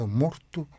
morto